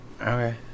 Okay